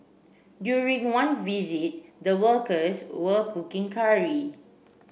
during one visit the workers were cooking curry